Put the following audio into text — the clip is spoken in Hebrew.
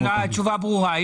התשובה ברורה.